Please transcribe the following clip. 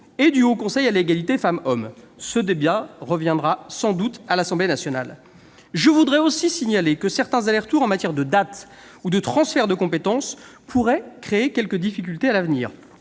et du Haut Conseil à l'égalité entre les femmes et les hommes. Le débat sur ce sujet reprendra sans doute à l'Assemblée nationale. Je veux aussi signaler que certains allers-retours en matière de dates ou de transferts de compétences pourraient créer quelques difficultés à l'avenir.